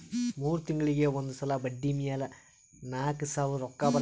ಮೂರ್ ತಿಂಗುಳಿಗ್ ಒಂದ್ ಸಲಾ ಬಡ್ಡಿ ಮ್ಯಾಲ ನಾಕ್ ಸಾವಿರ್ ರೊಕ್ಕಾ ಬರ್ತಾವ್